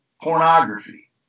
pornography